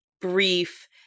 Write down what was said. brief